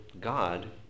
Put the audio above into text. God